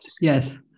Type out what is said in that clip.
yes